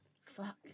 Fuck